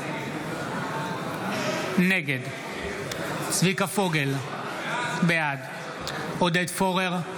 נגד צביקה פוגל, בעד עודד פורר,